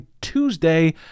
Tuesday